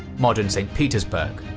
modern sankt-peterburg,